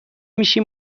میشی